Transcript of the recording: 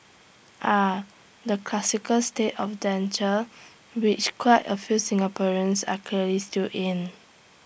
ah the classic state of danger which quite A few Singaporeans are clearly still in